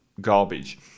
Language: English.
garbage